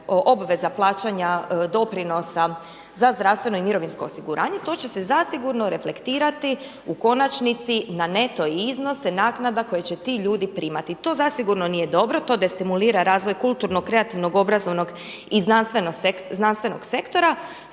obveza plaćanja doprinosa za zdravstveno i mirovinsko osiguranje, to će se zasigurno reflektirati u konačnici na neto iznose naknada koje će ti ljudi primati. To zasigurno nije dobro, to destimulira razvoj kulturnog, kreativnog, obrazovnog i znanstvenog sektora